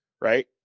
right